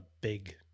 big